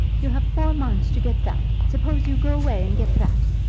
you have four months to get fat. suppose you go away and get fat.